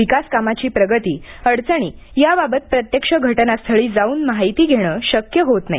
विकास कामाची प्रगती अडचणी यावावत प्रत्यक्ष घटनास्थळी जाऊन माहिती घेणे शक्य होत नाही